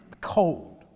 Cold